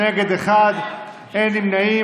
נגד, אחד, אין נמנעים.